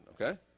Okay